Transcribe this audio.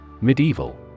Medieval